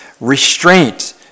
restraint